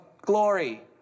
glory